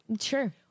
Sure